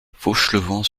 fauchelevent